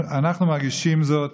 אנחנו מרגישים זאת.